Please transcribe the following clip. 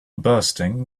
bursting